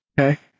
Okay